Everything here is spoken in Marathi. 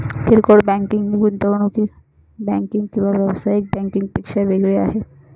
किरकोळ बँकिंग ही गुंतवणूक बँकिंग किंवा व्यावसायिक बँकिंग पेक्षा वेगळी आहे